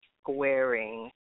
squaring